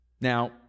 Now